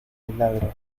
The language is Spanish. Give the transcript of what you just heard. milagro